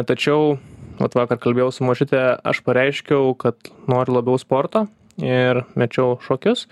tačiau vat vakar kalbėjau su močiute aš pareiškiau kad noriu labiau sporto ir mečiau šokius